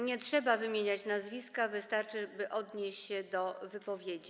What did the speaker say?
Nie trzeba wymieniać nazwiska, wystarczy odnieść się do wypowiedzi.